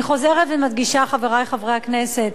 אני חוזרת ומדגישה, חברי חברי הכנסת,